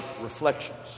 reflections